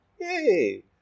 Yay